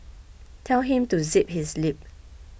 tell him to zip his lip